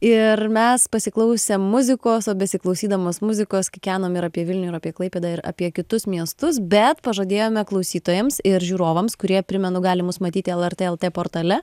ir mes pasiklausėm muzikos o besiklausydamos muzikos kikenom ir apie vilnių ir apie klaipėdą ir apie kitus miestus bet pažadėjome klausytojams ir žiūrovams kurie primenu galimus matyti lrt lt portale